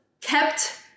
kept